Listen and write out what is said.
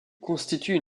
constituent